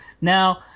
Now